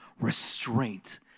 Restraint